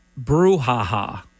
brouhaha